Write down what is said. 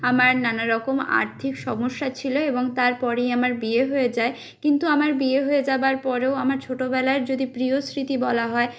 আমার নানা রকম আর্থিক সমস্যা ছিল এবং তারপরেই আমার বিয়ে হয়ে যায় কিন্তু আমার বিয়ে হয়ে যাওয়ার পরেও আমার ছোটবেলার যদি প্রিয় স্মৃতি বলা হয়